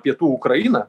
pietų ukrainą